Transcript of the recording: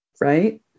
right